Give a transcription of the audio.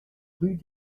rue